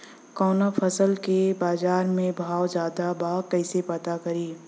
कवना फसल के बाजार में भाव ज्यादा बा कैसे पता करि?